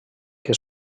que